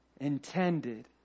intended